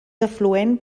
afluent